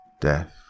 Death